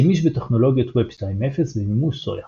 שימוש בטכנולוגיות ווב 2.0 במימוש SOA